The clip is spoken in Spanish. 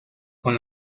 con